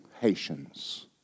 Haitians